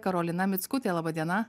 karolina mickutė laba diena